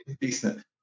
decent